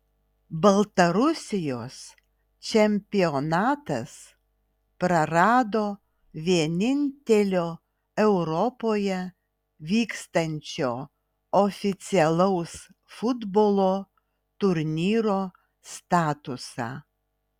baltarusijos čempionatas prarado vienintelio europoje vykstančio oficialaus futbolo turnyro statusą